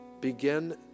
Begin